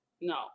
no